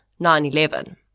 911